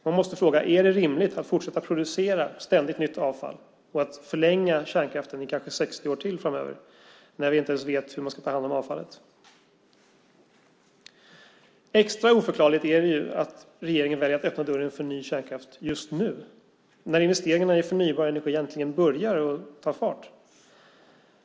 Man måste fråga: Är det rimligt att fortsätta att producera ständigt nytt avfall och att förlänga kärnkraften i kanske 60 år framöver när vi inte ens vet hur man ska ta hand om avfallet? Extra oförklarligt är det att regeringen har börjat öppna dörren för ny kärnkraft just nu när investeringarna i förnybar energi äntligen börjar ta fart.